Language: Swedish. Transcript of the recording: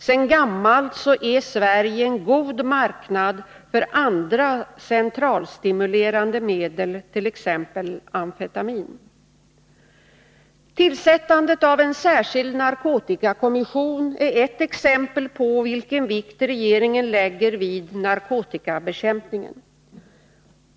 Sedan gammalt är Sverige en god marknad för andra centralstimulerande medel, t.ex. amfetamin. Tillsättandet av en särskild narkotikakommission är ett exempel på vilken vikt regeringen lägger vid narkotikabekämpningen.